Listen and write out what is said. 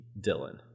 Dylan